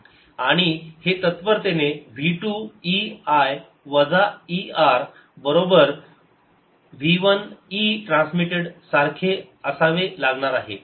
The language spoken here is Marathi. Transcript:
आणि हे तत्परतेने v2 e I वजा e r बरोबर आहे v1 e ट्रान्समिटेड सारखे असावे लागणार आहे